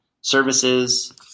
services